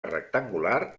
rectangular